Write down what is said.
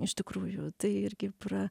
iš tikrųjų tai irgi pra